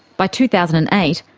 by two thousand and eight,